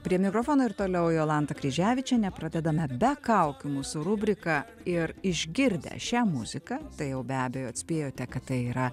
prie mikrofono ir toliau jolanta kryževičienė pradedame be kaukių mūsų rubriką ir išgirdę šią muziką tai jau be abejo atspėjote kad tai yra